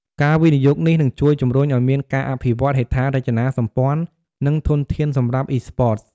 ការវិនិយោគនេះនឹងជួយជំរុញឲ្យមានការអភិវឌ្ឍហេដ្ឋារចនាសម្ព័ន្ធ និងធនធានសម្រាប់ Esports។